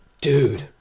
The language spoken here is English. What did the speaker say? dude